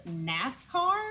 NASCAR